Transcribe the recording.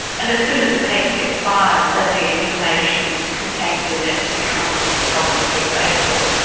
and as soon as a patent expires then the information contained in it becomes publicly available.